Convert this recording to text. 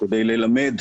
כדי ללמד